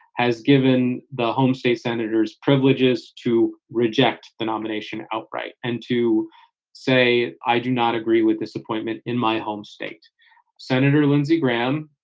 has given the homestate senators privileges to reject the nomination outright and to say, i do not agree with this appointment in my home. state senator lindsey graham,